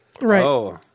Right